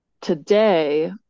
today